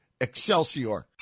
Excelsior